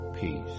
peace